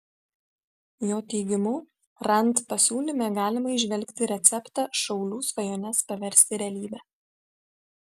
jo teigimu rand pasiūlyme galima įžvelgti receptą šaulių svajones paversti realybe